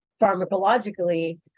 pharmacologically